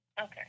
Okay